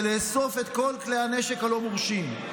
ולאסוף את כל כלי הנשק הלא-מורשים.